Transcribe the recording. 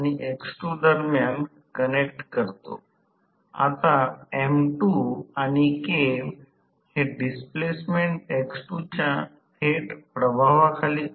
जर स्लिप स्थिर असेल तर समजा स्लिप दिली गेली तर सर्व मापदंड स्थिर राहतील